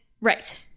right